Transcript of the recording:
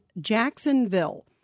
Jacksonville